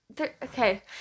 okay